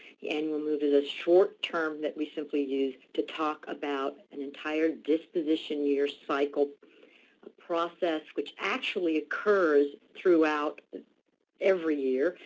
the annual move, is a short term that we simply use to talk about an entire disposition year cycle process, which actually occurs throughout every year,